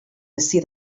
hezi